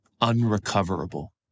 unrecoverable